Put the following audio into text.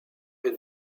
est